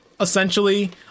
essentially